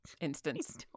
instance